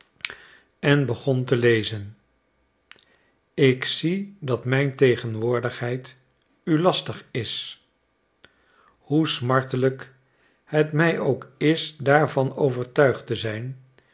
en begon te lezen ik zie dat mijn tegenwoordigheid u lastig is hoe smartelijk het mij ook is daarvan overtuigd te zijn